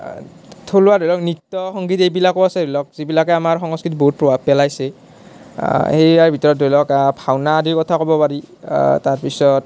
থলুৱা ধৰি লওক নৃত্য সংগীত এইবিলাকো আছে ধৰি লওক যিবিলাকে আমাৰ সংস্কৃতিত বহুত প্ৰভাৱ পেলাইছে ইয়াৰ ভিতৰত ধৰি লওক ভাওনা আদিৰ কথা কব পাৰি তাৰ পিছত